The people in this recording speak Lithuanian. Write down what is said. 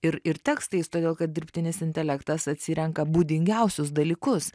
ir ir tekstais todėl kad dirbtinis intelektas atsirenka būdingiausius dalykus